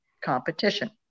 competition